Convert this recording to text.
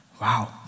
Wow